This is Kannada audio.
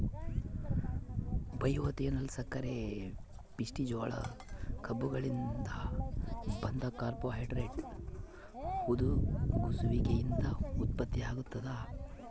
ಬಯೋಎಥೆನಾಲ್ ಸಕ್ಕರೆಪಿಷ್ಟ ಜೋಳ ಕಬ್ಬುಗಳಿಂದ ಬಂದ ಕಾರ್ಬೋಹೈಡ್ರೇಟ್ ಹುದುಗುಸುವಿಕೆಯಿಂದ ಉತ್ಪತ್ತಿಯಾಗ್ತದ